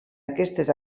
aquestes